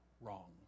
wrong